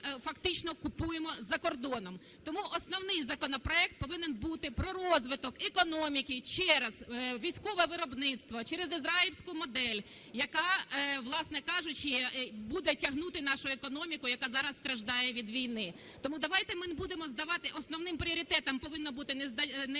фактично купуємо за кордоном. Тому основний законопроект повинен бути про розвиток економіки через військове виробництво, через ізраїльську модель, яка, власне кажучи, буде тягнути нашу економіку, яка зараз страждає від війни. Тому давайте ми не будемо здавати, основним пріоритетом повинно бути не